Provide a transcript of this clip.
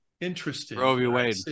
interesting